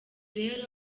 rero